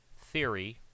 theory